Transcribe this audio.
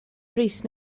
brys